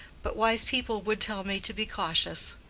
but wise people would tell me to be cautious.